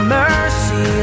mercy